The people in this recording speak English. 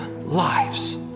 lives